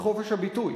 בחופש הביטוי.